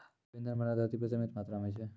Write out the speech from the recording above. तरल जैव इंधन भंडार धरती पर सीमित मात्रा म छै